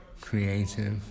creative